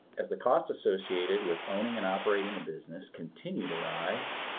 as the cost associated with owning and operating business continues to rise,